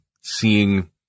seeing